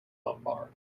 lumbar